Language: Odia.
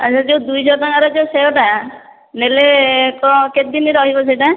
ଆଉ ସେ ଯେଉଁ ଦୁଇ ଶହ ଟଙ୍କାର ଯେଉଁ ସେଓଟା ନେଲେ କଣ କେତେଦିନ ରହିବ ସେଇଟା